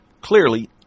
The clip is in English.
Clearly